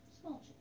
small